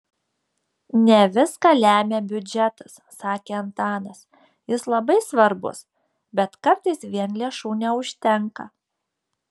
ne viską lemia biudžetas sakė antanas jis labai svarbus bet kartais vien lėšų neužtenka